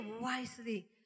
wisely